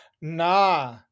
Nah